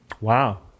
Wow